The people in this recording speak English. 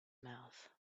mouth